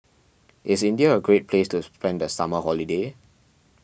is India a great place to spend the summer holiday